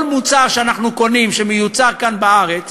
כל מוצר שאנחנו קונים שמיוצר כאן בארץ,